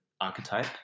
archetype